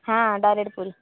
ହଁ ଡାଇରେକ୍ଟ ପୁରୀ